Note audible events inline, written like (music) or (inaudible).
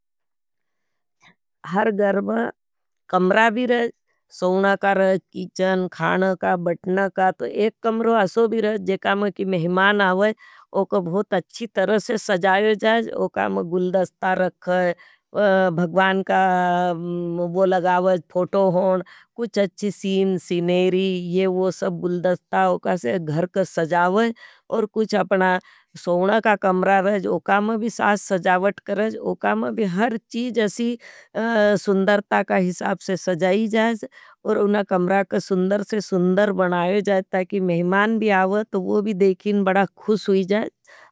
(hesitation) हर गर में कमरा भी रहा है, सोना का रहा है, कीचन, खाना का, बटना का तो एक कमरो असो भी रहा है। जेका में की मेहमान आओई, वोको बहुत अच्छी तरह से सजायो जाये वोका में गुलदस्ता रखे। भगवान का वो लगावज, (hesitation) फोटो होण, कुछ अच्छी सीन, सिनेरी, ये वो सब गुलदस्ता, वोका से घर का सजावज, और कुछ अपना सोना का कमरा रहा है। वोका में भी सास सजावट करेज, वोका में भी हर चीज असी सुन्दरता का हिसाब करेज, वोका में भी सास सजावट करेज, वोका में भी सास सजावट करेज। की मेहमान भी आवत् तो वो भी ख़ुश हो जायी।